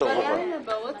אף אחד לא שלח לי את השמות.